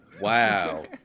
Wow